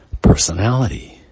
personality